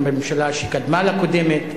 גם בממשלה שקדמה לקודמת.